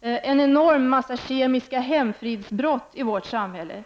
en enorm massa kemiska hemfridsbrott i vårt samhälle.